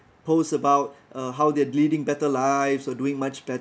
post about uh how they're leading better lives or doing much better